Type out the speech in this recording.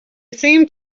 seemed